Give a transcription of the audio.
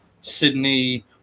Sydney